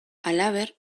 halaber